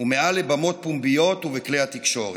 ומעל לבמות פומביות ובכלי התקשורת.